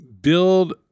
build